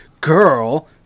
girl